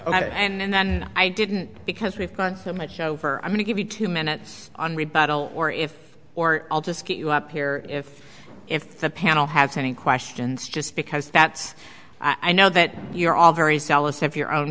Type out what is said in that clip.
ok and then i didn't because we've got so much over i'm going to give you two minutes on rebuttal or if or i'll just get you up here if if the panel has any questions just because that's i know that you're all very sallust have your own